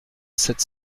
sept